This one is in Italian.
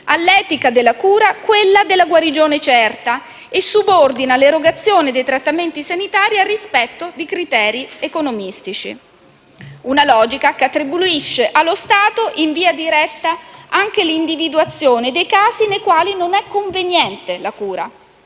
all'etica della cura, quella della guarigione certa e subordina l'erogazione dei trattamenti sanitari al rispetto di criteri economicistici; una logica che attribuisce allo Stato, in via diretta, anche l'individuazione dei casi nei quali non è conveniente la cura.